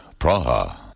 Praha